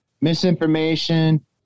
misinformation